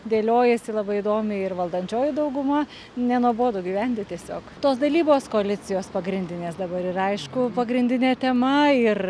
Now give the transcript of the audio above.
dėliojasi labai įdomiai ir valdančioji dauguma nenuobodu gyventi tiesiog tos dalybos koalicijos pagrindinės dabar ir aišku pagrindinė tema ir